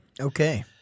Okay